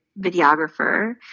videographer